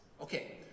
Okay